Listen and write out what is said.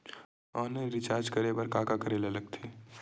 Online recharge करे बर का का करे ल लगथे?